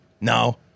No